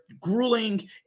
grueling